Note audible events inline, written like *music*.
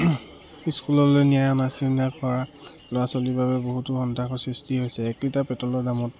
স্কুললৈ নিয়া *unintelligible* কৰা ল'ৰা ছোৱালীৰ বাবে বহুতো সন্তাসৰ সৃষ্টি হৈছে এক লিটাৰ পেট্ৰলৰ দামত